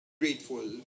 grateful